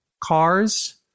cars